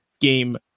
game